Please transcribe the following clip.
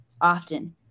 often